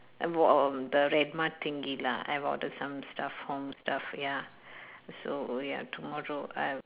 I bought uh the redmart thingy lah I bought uh some stuff some stuff ya so ya tomorrow I'll